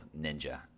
ninja